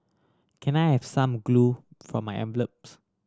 can I have some glue for my envelopes